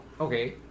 okay